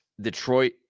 Detroit